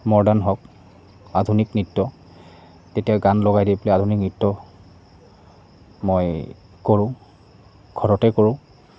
modern হওক আধুনিক নৃত্য তেতিয়া গান লগাই দি পেলাই আধুনিক নৃত্য মই কৰোঁ ঘৰতে কৰোঁ